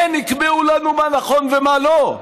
הן יקבעו לנו מה נכון ומה לא?